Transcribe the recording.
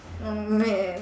oh man